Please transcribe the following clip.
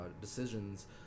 decisions